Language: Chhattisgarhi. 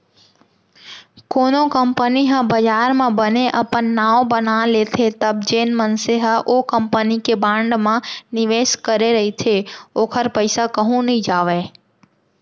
कोनो कंपनी ह बजार म बने अपन नांव बना लेथे तब जेन मनसे ह ओ कंपनी के बांड म निवेस करे रहिथे ओखर पइसा कहूँ नइ जावय